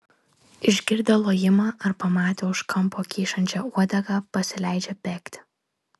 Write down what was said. išgirdę lojimą ar pamatę už kampo kyšančią uodegą pasileidžia bėgti